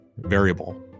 Variable